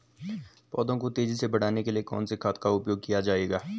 पौधों को तेजी से बढ़ाने के लिए कौन से खाद का उपयोग किया जाए?